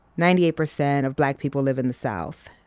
ninety eight percent of black people live in the south.